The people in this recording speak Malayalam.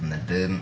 എന്നിട്ട്